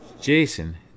Jason